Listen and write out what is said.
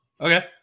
Okay